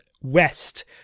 west